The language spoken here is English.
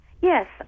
Yes